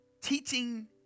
Teaching